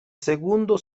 segundo